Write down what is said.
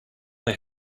they